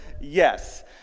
yes